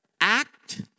act